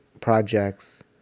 projects